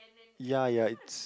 ya ya it's